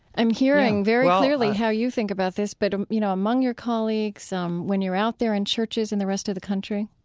i'm hearing very clearly how you think about this, but, um you know, among your colleagues, um when you're out there in churches in the rest of the country?